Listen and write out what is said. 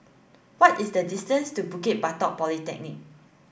what is the distance to Bukit Batok Polyclinic